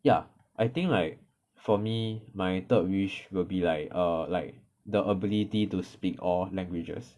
ya I think like for me my third wish will be like err like the ability to speak all languages